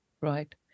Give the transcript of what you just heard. Right